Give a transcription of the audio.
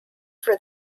for